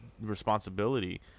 responsibility